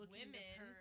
women